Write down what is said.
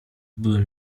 byłem